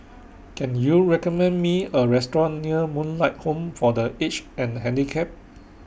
Can YOU recommend Me A Restaurant near Moonlight Home For The Aged and Handicapped